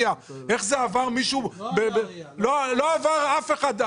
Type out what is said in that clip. לא עבר אף אחד.